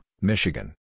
Michigan